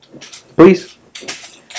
Please